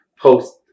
post